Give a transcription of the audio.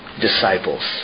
disciples